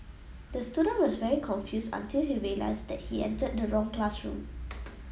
the student was very confused until he realised that he entered the wrong classroom